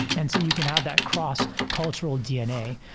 and so you can have that cross-cultural dna.